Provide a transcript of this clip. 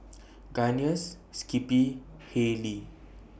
Guinness Skippy Haylee